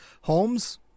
Holmes